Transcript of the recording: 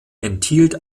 enthielt